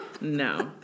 No